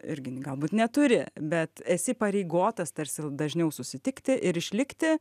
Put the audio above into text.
irgi galbūt neturi bet esi įpareigotas tarsi dažniau susitikti ir išlikti